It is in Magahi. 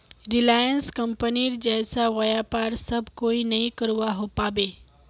रिलायंस कंपनीर जैसा व्यापार सब कोई नइ करवा पाबे